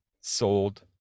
sold